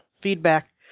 Feedback